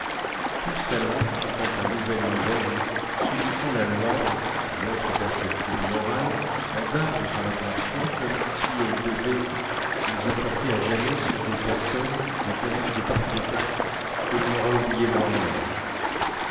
tout salon étant un nouvel univers où subissant la loi d'une autre perspective morale on darde son attention comme si elles devaient nous importer à jamais sur des personnes des danses des parties de cartes que l'on aura oubliées le lendemain